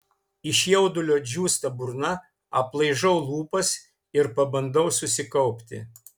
iš jaudulio džiūsta burna aplaižau lūpas ir pabandau susikaupti